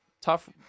tough